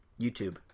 YouTube